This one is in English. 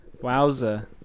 Wowza